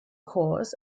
cores